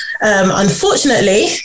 Unfortunately